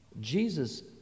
Jesus